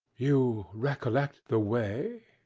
you recollect the way?